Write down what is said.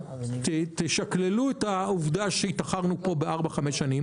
תשקללו את העובדה שהתאחרנו פה בארבע-חמש שנים.